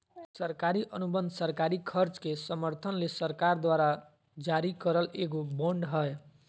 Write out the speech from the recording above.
सरकारी अनुबंध सरकारी खर्च के समर्थन ले सरकार द्वारा जारी करल एगो बांड हय